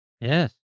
Yes